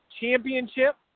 championship